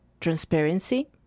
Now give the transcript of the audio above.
transparency